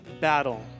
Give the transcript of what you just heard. battle